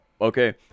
okay